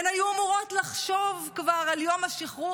הן היו אמורות לחשוב כבר על יום השחרור.